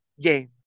game